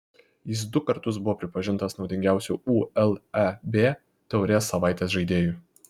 jis du kartus buvo pripažintas naudingiausiu uleb taurės savaitės žaidėju